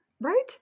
Right